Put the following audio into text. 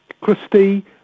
Christie